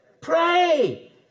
Pray